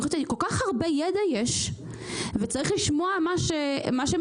יש היום כל כך הרבה ידע, וצריך לשמוע מה שמציעים.